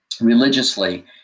religiously